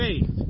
faith